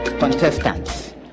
Contestants